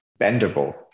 bendable